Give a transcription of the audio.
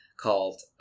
called